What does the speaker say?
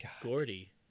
Gordy